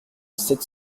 sept